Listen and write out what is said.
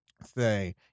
say